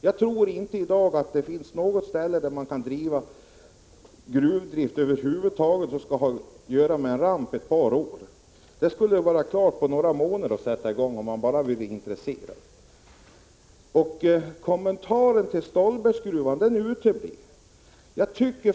Jag tror inte att det finns något ställe där man kan utöva gruvdrift över huvud taget där man har göra med en ramp ett par år. Det skulle vara klart på några månader att sätta i gång om man bara var intresserad. Kommentaren i fråga om Stolbergsgruvan uteblev.